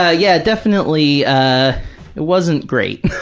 ah yeah definitely, ah it wasn't great.